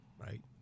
right